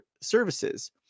services